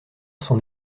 sont